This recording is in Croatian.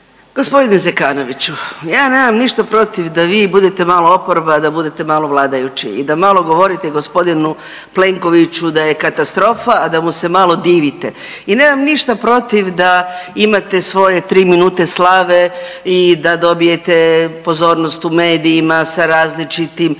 Gospodine Zekanoviću ja nemam ništa protiv da vi budete malo oporba, da budete malo vladajući i da malo govorite gospodinu Plenkoviću da je katastrofa, a da mu se malo divite. I nemam ništa protiv da imate svoje 3 minute slave i da dobijete pozornost u medijima sa različitim performansima.